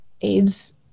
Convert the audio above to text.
AIDS